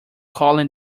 calling